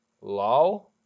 low